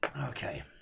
Okay